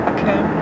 Okay